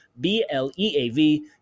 B-L-E-A-V